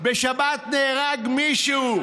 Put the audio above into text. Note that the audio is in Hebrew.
בשבת נהרג, בשבת נהרג מישהו.